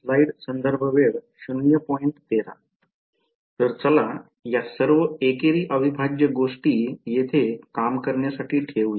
तर चला या सर्व एकेरी अविभाज्य गोष्टी येथे काम करण्यासाठी ठेवू या